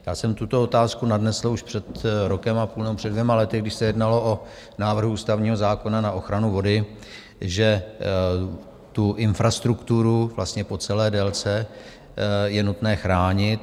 Já jsem tuto otázku nadnesl už před rokem a půl nebo před dvěma lety, kdy se jednalo o návrh ústavního zákona na ochranu vody, že tu infrastrukturu vlastně po celé délce je nutné chránit.